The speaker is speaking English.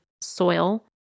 soil